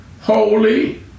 holy